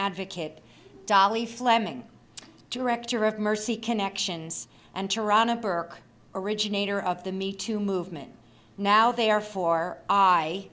advocate dolly fleming director of mercy connections and toronto burke originator of the me too movement now they are for i